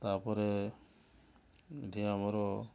ତା'ପରେ ଦେହ ମୋର